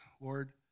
Lord